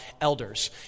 elders